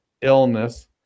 illness